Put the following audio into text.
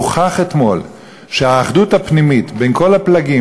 הוכח אתמול שהאחדות הפנימית בין כל הפלגים,